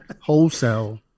wholesale